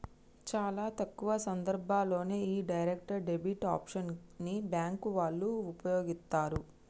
చాలా తక్కువ సందర్భాల్లోనే యీ డైరెక్ట్ డెబిట్ ఆప్షన్ ని బ్యేంకు వాళ్ళు వుపయోగిత్తరు